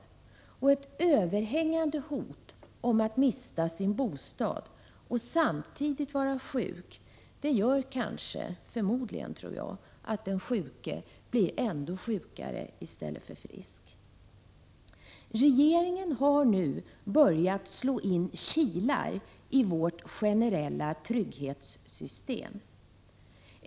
Ett 8 maj 1987 överhängande hot om att mista sin bostad och samtidigt vara sjuk gör förmodligen, det tror jag, att den sjuke blir ännu sjukare i stället för frisk. Regeringen har nu börjat slå in kilar i vårt generella trygghetssystem.